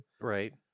right